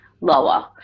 lower